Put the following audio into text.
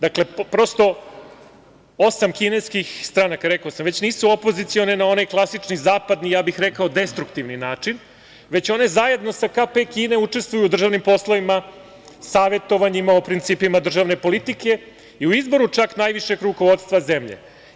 Dakle, prosto osam kineskih stranaka, rekao sam, već nisu opozicione na onaj klasični zapad, ja bih rekao destruktivni način, već one zajedno sa KP Kinom učestvuju u državnim poslovima, savetovanjima o principima državne politike i u izboru čak najvišeg rukovodstva zemlje.